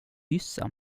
kyssa